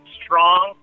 strong